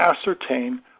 ascertain